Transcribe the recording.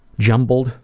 jumbled